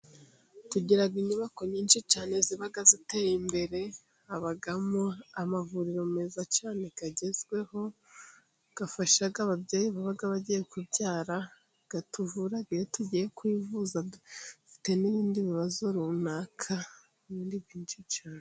Tugira inyubako nyinshi cyane， ziba ziteye imbere， habamo amavuriro meza cyane agezweho， afasha ababyeyi baba bagiye kubyara，atuvura iyo tugiye kwivuza，dufite n'ibindi bibazo runaka， n’indi byinshi cyane.